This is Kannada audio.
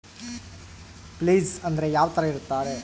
ಪ್ಲೇಸ್ ಅಂದ್ರೆ ಯಾವ್ತರ ಇರ್ತಾರೆ?